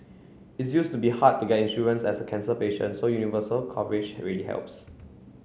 it used to be hard to get insurance as a cancer patient so universal coverage really helps